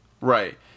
right